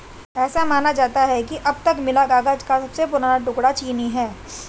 ऐसा माना जाता है कि अब तक मिला कागज का सबसे पुराना टुकड़ा चीनी है